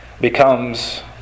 becomes